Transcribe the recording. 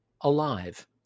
Alive